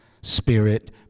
spirit